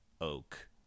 oak